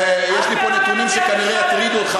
יש לי פה נתונים שכנראה יטרידו אותך,